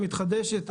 המתחדשת.